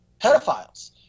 pedophiles